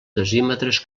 decímetres